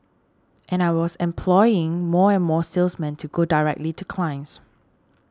and I was employing more and more salesmen to go directly to clients